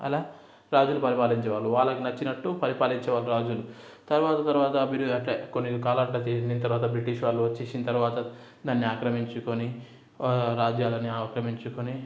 అలా రాజులు పరిపాలించేవాళ్ళు వాళ్ళకి నచ్చినట్టు పరిపాలించేవాళ్ళు రాజులు తరువాత తరువాత బిరు అంటే కొన్ని కాలాలు అట్లా తీరిన తరువాత బ్రిటిష్ వాళ్ళు వచ్చేసిన తరువాత దాన్ని ఆక్రమించుకొని రాజ్యాలని ఆక్రమించుకొని